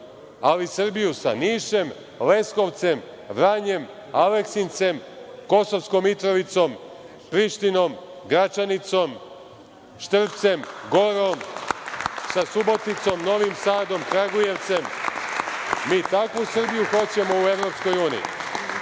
ali Srbiju sa Nišem, Leskovcem, Vranjem, Aleksincem, Kosovskom Mitrovicom, Prištinom, Gračanicom, Štpcem, Gorom, sa Suboticom, Novim Sadom, Kragujevcem. Mi takvu Srbiju hoćemo u EU.Vi koji